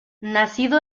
nacido